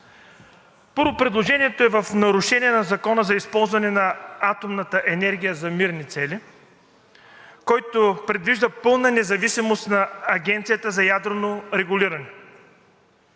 Първо, предложението е в нарушение на Закона за използване на атомната енергия за мирни цели, който предвижда пълна независимост на Агенцията за ядрено регулиране.